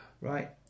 Right